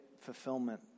fulfillment